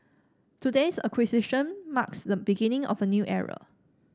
today's acquisition marks the beginning of a new era